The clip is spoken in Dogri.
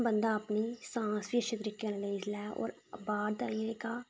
बंदा अपनी सांस बी अच्छे तरीके कन्नै लेई लेऐ और बाह्र दा जे्हका